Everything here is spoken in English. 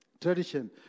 tradition